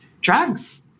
drugs